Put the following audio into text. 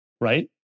Right